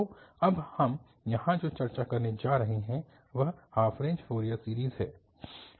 तो अब हम यहाँ जो चर्चा करने जा रहे हैं वह हाफ रेंज फ़ोरियर सीरीज है